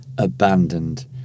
abandoned